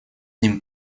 ним